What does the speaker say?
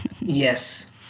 Yes